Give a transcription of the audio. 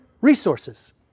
resources